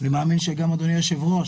אני מאמין שגם אדוני היושב-ראש